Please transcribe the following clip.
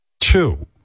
two